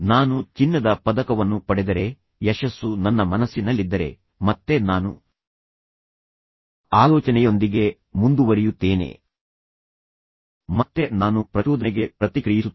ನಾನು ಚಿನ್ನದ ಪದಕವನ್ನು ಪಡೆದರೆ ಯಶಸ್ಸು ನನ್ನ ಮನಸ್ಸಿನಲ್ಲಿದ್ದರೆ ಮತ್ತೆ ನಾನು ಆಲೋಚನೆಯೊಂದಿಗೆ ಮುಂದುವರಿಯುತ್ತೇನೆ ಮತ್ತೆ ನಾನು ಪ್ರಚೋದನೆಗೆ ಪ್ರತಿಕ್ರಿಯಿಸುತ್ತೇನೆ